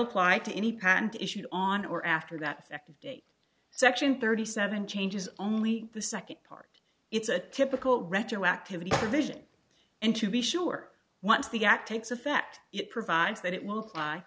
apply to any patent issued on or after that second date section thirty seven changes only the second part it's a typical retroactivity vision and to be sure once the act it's effect it provides that it will